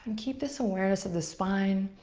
keep this awareness of the spine.